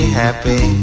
happy